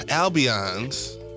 Albion's